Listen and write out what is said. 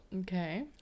Okay